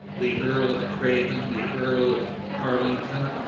the earl of craven, the earl of arlington,